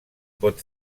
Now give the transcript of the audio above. pot